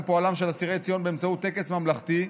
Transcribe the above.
פועלם של אסירי ציון באמצעות טקס ממלכתי,